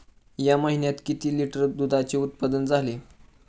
या महीन्यात किती लिटर दुधाचे उत्पादन झाले?